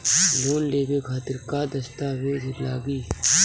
Loan लेवे खातिर का का दस्तावेज लागी?